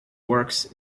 works